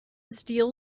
steel